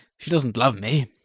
she doesn't love me.